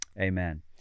Amen